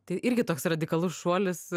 tai irgi toks radikalus šuolis